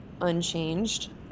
unchanged